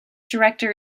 director